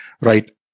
Right